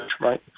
right